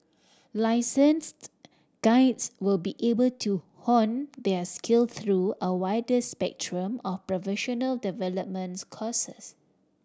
licensed guides will be able to hone their skill through a wider spectrum of professional developments courses